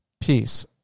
Peace